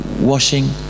washing